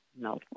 No